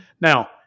Now